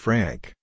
Frank